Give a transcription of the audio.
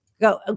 Go